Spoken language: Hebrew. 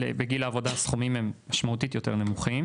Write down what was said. בגיל העבודה הסכומים הם משמעותית יותר נמוכים,